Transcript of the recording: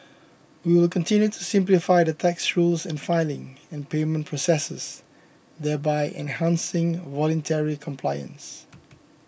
we will continue to simplify the tax rules and filing and payment processes thereby enhancing voluntary compliance